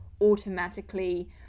automatically